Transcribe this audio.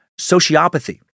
sociopathy